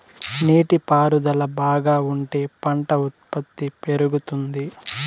నీటి పారుదల బాగా ఉంటే పంట ఉత్పత్తి పెరుగుతుంది